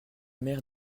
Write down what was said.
mère